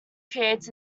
creates